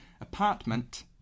apartment